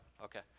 Okay